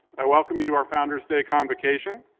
i welcome you to our founders day convocation.